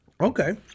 Okay